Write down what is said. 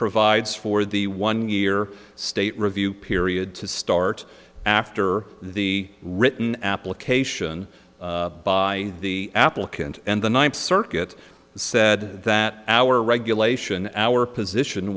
provides for the one year state review period to start after the written application by the applicant and the ninth circuit said that our regulation our position